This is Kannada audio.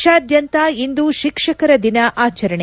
ದೇಶಾದ್ಯಂತ ಇಂದು ಶಿಕ್ಷಕರ ದಿನ ಆಚರಣೆ